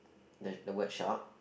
the the word sharp